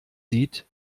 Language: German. sieht